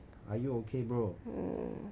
mm